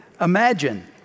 Imagine